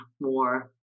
more